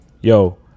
Yo